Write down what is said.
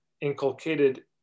inculcated